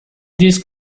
these